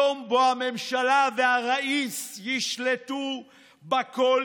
יום בו הממשלה והראיס ישלטו בכול,